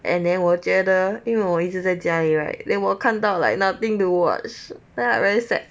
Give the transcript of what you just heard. and then 我觉得因为我一直在家里 right then 我看到 like nothing to watch then I very sad